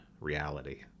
reality